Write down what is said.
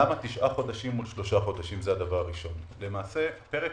למה תשעה חודשים או שלושה חודשים למעשה פרק